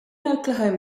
oklahoma